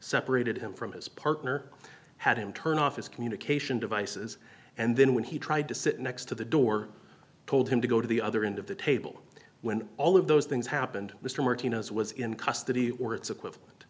separated him from his partner had him turned off his communication devices and then when he tried to sit next to the door told him to go to the other end of the table when all of those things happened mr martinez was in custody or its equivalent